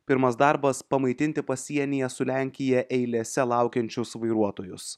pirmas darbas pamaitinti pasienyje su lenkija eilėse laukiančius vairuotojus